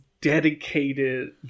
dedicated